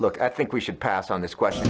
look i think we should pass on this question